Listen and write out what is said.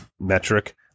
metric